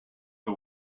the